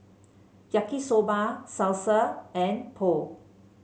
Yaki Soba Salsa and Pho